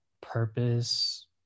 purpose